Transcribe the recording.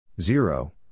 Zero